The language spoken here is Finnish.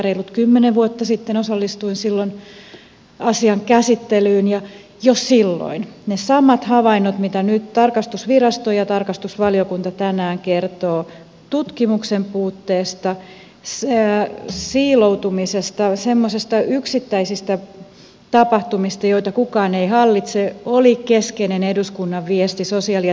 reilut kymmenen vuotta sitten osallistuin asian käsittelyyn ja jo silloin ne samat havainnot mitä nyt tarkastusvirasto ja tarkastusvaliokunta tänään kertoo tutkimuksen puutteesta siiloutumisesta semmoisista yksittäisistä tapahtumista joita kukaan ei hallitse olivat eduskunnan keskeinen viesti sosiaali ja terveysministeriölle